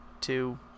two